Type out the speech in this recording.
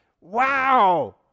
wow